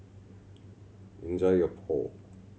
enjoy your Pho